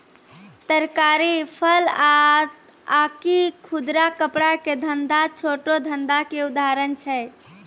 तरकारी, फल आकि खुदरा कपड़ा के धंधा छोटो धंधा के उदाहरण छै